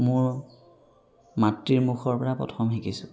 মোৰ মাতৃৰ মুখৰ পৰা প্ৰথম শিকিছোঁ